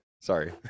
Sorry